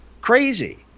Crazy